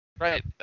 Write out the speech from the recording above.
Right